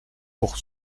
pour